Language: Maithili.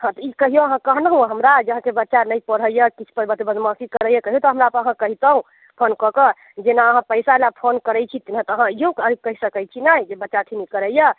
हँ तऽ ई कहियो अहाँ कहलहुँ हमरा जे अहाँकेँ बच्चा नहि पढ़ैया किछु बदमाशी करैया कहियो तऽ अहाँ हमरा कहितहुँ फोन कऽ कऽ जेना अहाँ पैसा लऽ फोन करैत छी तेना तऽ अहाँ इहो कहि सकैत छी ने जे बच्चा अथी नहि करैया